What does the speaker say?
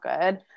good